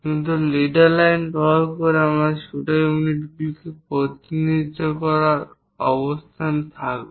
কিন্তু leader line ব্যবহার করে আমরা ছোট ইউনিটগুলিকে প্রতিনিধিত্ব করার অবস্থানে থাকব